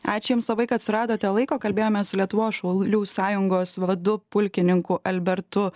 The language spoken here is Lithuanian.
ačiū jums labai kad suradote laiko kalbėjomės su lietuvos šaulių sąjungos vadu pulkininku albertu